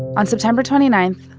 on september twenty nine,